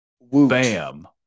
bam